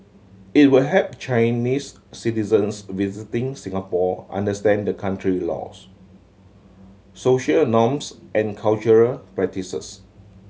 it will help Chinese citizens visiting Singapore understand the country laws social norms and cultural practices